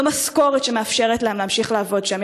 לא משכורת שמאפשרת להם להמשיך לעבוד שם.